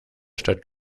stadt